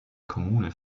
kommune